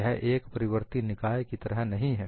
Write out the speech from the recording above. यह एक प्रतिवर्ती निकाय की तरह नहीं है